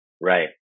Right